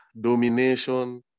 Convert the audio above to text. domination